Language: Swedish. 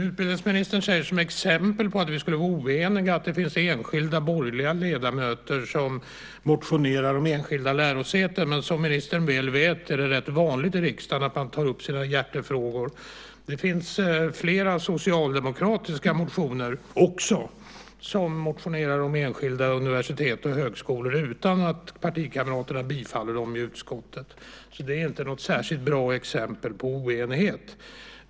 Utbildningsministern säger som exempel på att vi skulle vara oeniga att det finns enskilda borgerliga ledamöter som motionerar om enskilda lärosäten. Som ministern väl vet är det ganska vanligt i riksdagen att man tar upp sina hjärtefrågor. Det finns också flera socialdemokratiska motioner om enskilda universitet och högskolor utan att partikamraterna bifaller dem i utskottet. Det är alltså inte något särskilt bra exempel på oenighet.